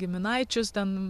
giminaičius ten